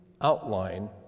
outline